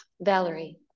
Valerie